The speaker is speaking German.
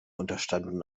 unterstanden